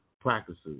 practices